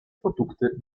produkte